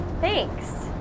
thanks